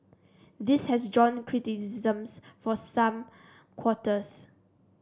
this has drawn criticisms from some quarters